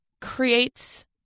creates